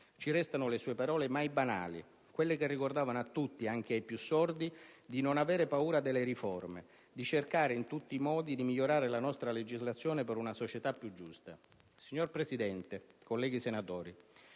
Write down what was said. Ci restano le sue parole, mai banali, quelle che ricordavano a tutti, anche ai più sordi, di non aver paura delle riforme, di cercare in tutti i modi di migliorare la nostra legislazione per una "società più giusta". Signor Presidente, colleghi senatori,